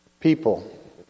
people